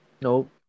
Nope